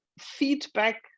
feedback